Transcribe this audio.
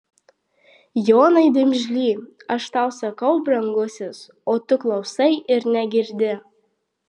jonai dimžly aš tau sakau brangusis o tu klausai ir negirdi